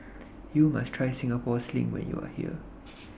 YOU must Try Singapore Sling when YOU Are here